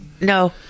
No